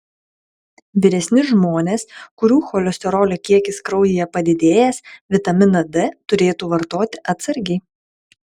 vyresni žmonės kurių cholesterolio kiekis kraujyje padidėjęs vitaminą d turėtų vartoti atsargiai